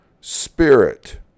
SPIRIT